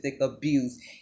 abuse